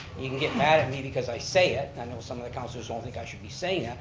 you can get mad at me because i say it, i know some of the councilors don't think i should be saying it,